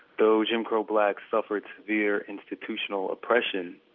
though jim crow blacks suffered severe institutional oppression,